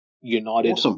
United